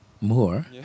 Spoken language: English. more